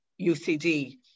UCD